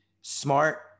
smart